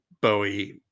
Bowie